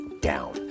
down